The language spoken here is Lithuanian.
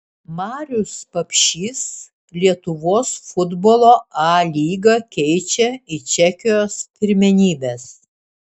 marius papšys lietuvos futbolo a lygą keičia į čekijos pirmenybes